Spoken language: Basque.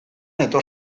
etor